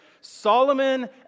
Solomon